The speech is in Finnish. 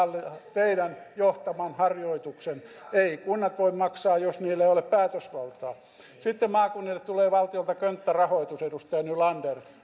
teidän johtaman harjoituksen eivät kunnat voi maksaa jos niillä ei ole päätösvaltaa sitten maakunnille tulee valtiolta könttärahoitus edustaja nylander